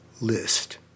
list